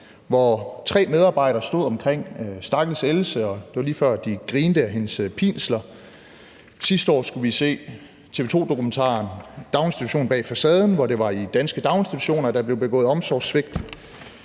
hvor tre medarbejdere stod omkring stakkels Else, og det var, lige før de grinte ad hendes pinsler. Sidste år skulle vi se TV 2-dokumentaren »Daginstitutioner bag facaden«, hvor det var i danske daginstitutioner, der blev begået omsorgssvigt.